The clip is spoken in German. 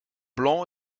blanc